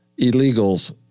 illegals